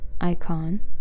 icon